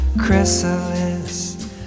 chrysalis